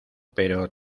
pero